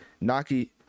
Naki